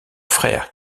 frère